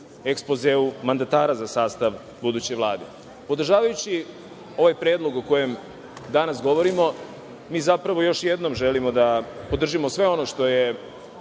ekspozeu mandatara za sastav buduće vlade. Podržavajući ovaj predlog o kojem danas govorimo, mi, zapravo, još jednom želimo da podržimo sve ono što je